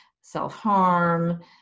self-harm